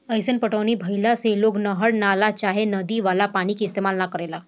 अईसन पटौनी भईला से लोग नहर, नाला चाहे नदी वाला पानी के इस्तेमाल न करेला